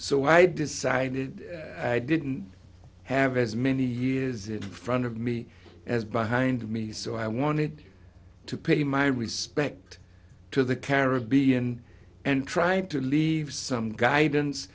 so i decided i didn't have as many years in front of me as behind me so i wanted to pay my respect to the caribbean and try to leave some guidance